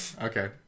Okay